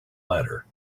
latter